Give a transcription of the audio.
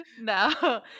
No